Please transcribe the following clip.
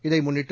இதை முன்னிட்டு